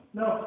no